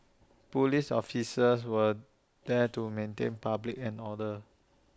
Police officers were there to maintain public order